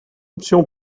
option